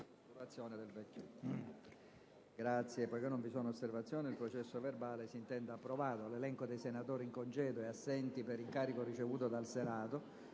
Grazie,